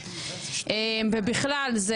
לא רק מטעמים של כספי ציבור.